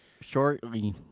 Shortly